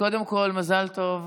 מזל טוב,